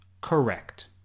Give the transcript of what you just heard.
correct